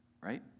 right